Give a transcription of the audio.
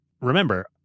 remember